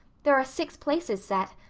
there are six places set.